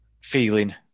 feeling